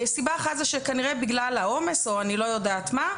סיבה אחת, כנראה בגלל העומס, או אני לא יודעת מה.